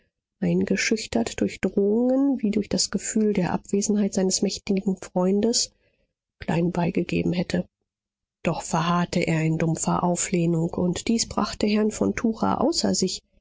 eingeschüchtert durch drohungen wie durch das gefühl der abwesenheit seines mächtigen freundes klein beigegeben hätte doch verharrte er in dumpfer auflehnung und dies brachte herrn von tucher außer sich